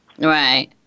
Right